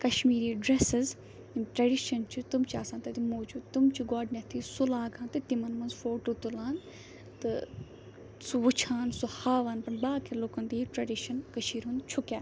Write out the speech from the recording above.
Kashmiri dresses یِم tradition چھِ تِم چھِ آسان تَتہِ موٗجوٗد تِم چھِ گۄڈنیٚتھٕے سُہ لاگان تہٕ تِمَن منٛز فوٗٹوٗ تُلان تہٕ سُہ وُچھان سُہ ہاوان پَتہٕ باقٕے لوٗکَن تہِ یہِ ٹرٛیٚڈِشَن کٔشیٖرِ ہُنٛد چھُ کیٛاہ